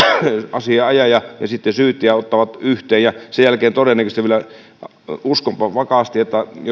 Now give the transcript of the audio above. asianajaja ja syyttäjä ottavat yhteen ja sen jälkeen todennäköisesti vielä uskonpa vakaasti